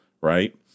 right